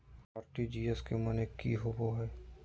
RTGS के माने की होबो है?